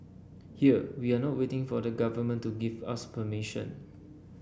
here we are not waiting for the Government to give us permission